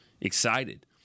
excited